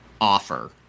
offer